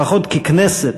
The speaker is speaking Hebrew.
לפחות ככנסת,